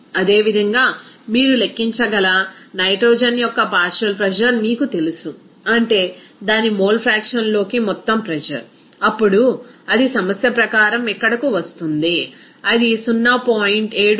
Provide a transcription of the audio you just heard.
అదేవిధంగా మీరు లెక్కించగల నైట్రోజన్ యొక్క పార్షియల్ ప్రెజర్ మీకు తెలుసు అంటే దాని మోల్ ఫ్రాక్షన్ లోకి మొత్తం ప్రెజర్ అప్పుడు అది సమస్య ప్రకారం ఇక్కడకు వస్తుంది అది 0